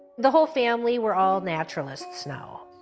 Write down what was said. the whole family, we're all naturalists, now.